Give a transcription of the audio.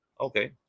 Okay